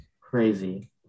crazy